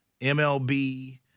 MLB